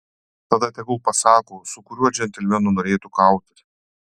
tada tegul pasako su kuriuo džentelmenu norėtų kautis